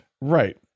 Right